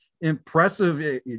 impressive